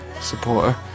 supporter